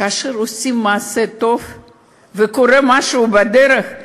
כאשר עושים מעשה טוב וקורה משהו בדרך,